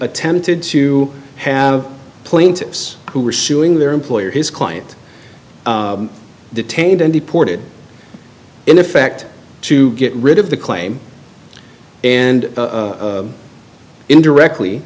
attempted to have plaintiffs who were suing their employer his client detained and deported in effect to get rid of the claim and indirectly